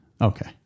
Okay